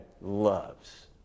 loves